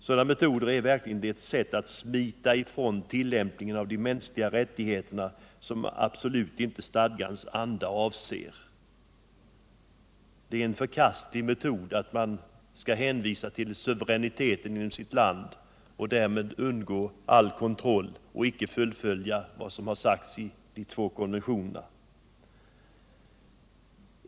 Sådana metoder är verkligen ett sätt att smita från tillämpningen av mänskliga rättigheter, ett sätt som stadgans anda absolut inte avser. Det är en förkastlig metod att hänvisa till suveräniteten inom sitt land för att därmed undgå all kontroll och slippa fullfölja vad som sagts i de två konventionerna.